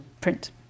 print